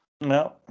no